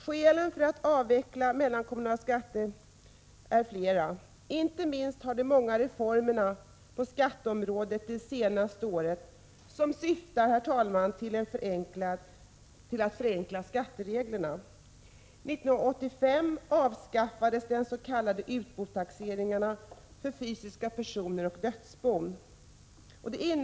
Skälen för att avveckla den mellankommunala skatterätten är flera, inte minst de många reformerna på skatteområdet de senaste åren som syftat till att förenkla skattereglerna.